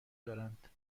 دارند